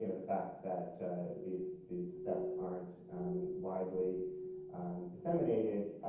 you know the fact that these these thefts aren't widely disseminated.